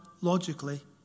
logically